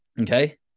Okay